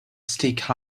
stick